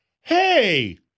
hey